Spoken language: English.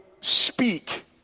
speak